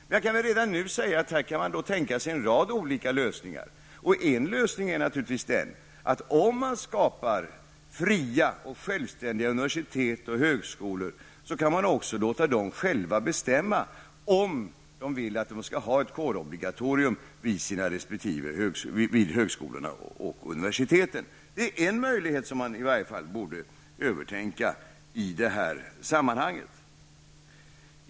Men jag kan väl redan nu säga att här kan man då tänka sig en rad olika lösningar. En lösning är naturligtvis den att om man skapar fria och självständiga universitet och högskolor, kan man också låta dem själva bestämma om de vill att det skall vara ett kårobligatorium vid högskolan och universitetet. Det är en möjlighet som man i varje fall borde övertänka i det här sammanhanget.